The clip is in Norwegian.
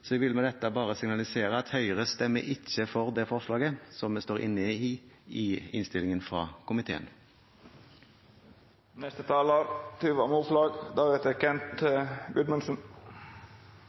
Så jeg vil med dette bare signalisere at Høyre ikke stemmer for det forslaget som vi – sammen med Fremskrittspartiet og Venstre – står inne på i innstillingen fra